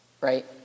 Right